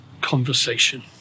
conversation